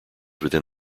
within